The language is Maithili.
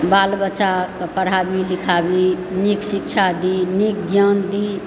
बाल बच्चाकेँ पढ़ाबी लिखाबी नीक शिक्षा दी नीक ज्ञान दी